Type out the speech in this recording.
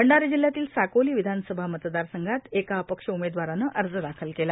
भंडारा जिल्ह्यातील साकोली विधानसभा मतदारसंघात एका अपक्ष उमेदवारानं अर्ज दाखल केला